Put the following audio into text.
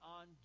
on